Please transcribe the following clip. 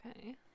Okay